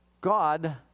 God